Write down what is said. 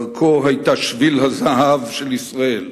דרכו היתה שביל הזהב של ישראל,